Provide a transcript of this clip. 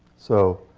so,